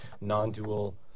non-dual